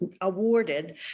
awarded